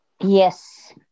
Yes